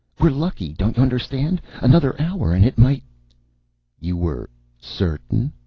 we're lucky. don't you understand? another hour and it might you were certain?